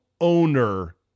owner